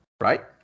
Right